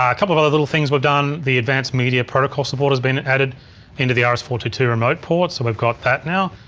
ah couple of other little things we've done. the advanced media protocol support has been added in the r s four two two remote port. so we've got that now.